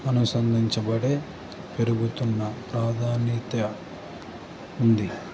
అనుసందించబడే పెరుగుతున్న ప్రాధాన్యత ఉంది